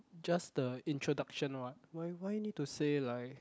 just the introduction what why why need to say like